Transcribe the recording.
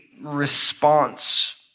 response